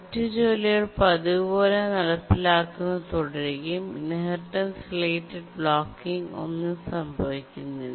മറ്റ് ജോലികൾ പതിവുപോലെ നടപ്പിലാക്കുന്നത് തുടരുകയും ഇൻഹെറിറ്റൻസ് റിലേറ്റഡ് ബ്ലോക്കിങ് ഒന്നും സംഭവിക്കുന്നില്ല